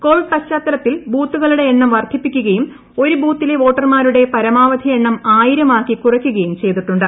Covid പശ്ചാത്തലത്തിൽ ടൂഓരോ ബൂത്തുകളുടെ എണ്ണം വർദ്ധിപ്പിക്കുകയും ഒരു ബൂത്തിലെ വോട്ടർമാരുടെ പരമാ വധി എണ്ണം ആയിരമാക്കി കുറയ്ക്കുക്യും ചെയ്തിട്ടുണ്ട്